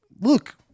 look